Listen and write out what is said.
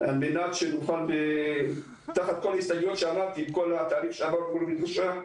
על מנת שנוכל תחת כל ההסתייגויות שאמרתי עם כל התהליך שעבר פה במדרשה,